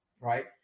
right